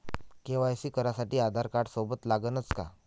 KYC करासाठी आधारकार्ड सोबत लागनच का?